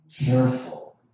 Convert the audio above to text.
careful